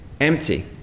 empty